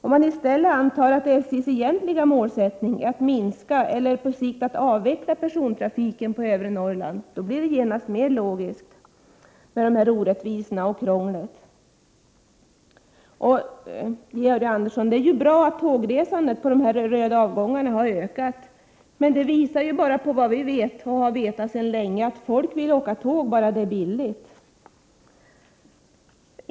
Om man i stället skulle anta att SJ:s egentliga målsättning är att minska eller att på sikt avveckla persontrafiken på övre Norrland, blir det genast mera logiskt när det gäller orättvisorna och krånglet. Det är bra, Georg Andersson, att tågresandet på röda avgångar har ökat. Men det här visar också — och det har vi vetat sedan länge — att folk vill åka tåg om det är billigt.